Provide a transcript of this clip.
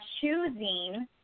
choosing